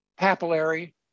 papillary